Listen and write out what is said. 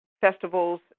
festivals